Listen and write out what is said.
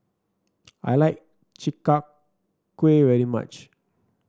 I like Chi Kak Kuih very much